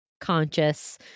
conscious